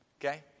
Okay